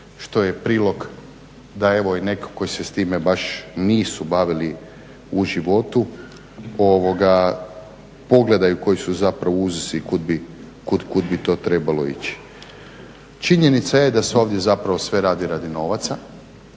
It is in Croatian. što je prilog da evo i netko tko s time se nisu baš bavili u životu, pogledaju koji su zapravo uzvisi kud bi trebalo ići. Činjenica je da se ovdje zapravo sve radi radi novaca,